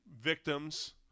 victims